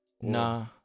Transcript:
Nah